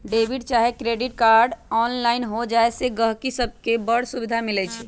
debit चाहे credit card द्वारा online हो जाय से गहकि सभके बड़ सुभिधा मिलइ छै